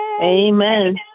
Amen